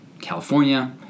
California